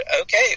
okay